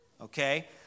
Okay